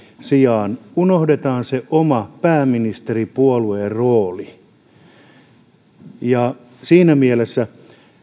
sijaan hyökätään ja unohdetaan se oma pääministeripuolueen rooli siinä mielessä